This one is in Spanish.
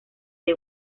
the